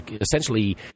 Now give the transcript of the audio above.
essentially